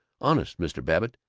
honest, mr. babbitt,